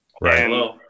Right